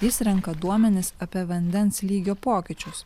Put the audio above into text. jis renka duomenis apie vandens lygio pokyčius